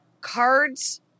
cards